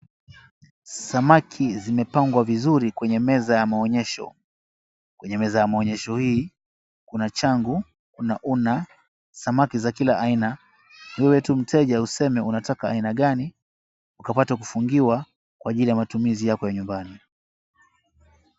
Samaki zimepagwa vizuri kwenye meza ya maonyesho, kwenye meza ya maonyesho hii kuna changu, kuna una, samaki za kila aina, wewe tu mteja useme unataka aina gani ukapate kufungiwa kwa ajili ya matumizi yako ya nyumbani.